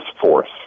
force